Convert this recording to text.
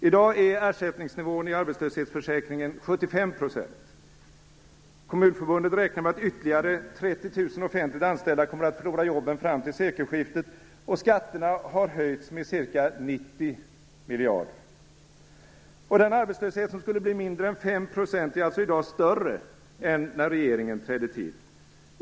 I dag är ersättningsnivån i arbetslöshetsförsäkringen 75 %. Kommunförbundet räknar med att ytterligare 30 000 offentligt anställda kommer att förlora jobben fram till sekelskiftet, och skatterna har höjts med ca 90 miljarder. Och den arbetslöshet som skulle bli mindre än 5 % är alltså i dag större än när regeringen trädde till.